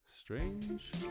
Strange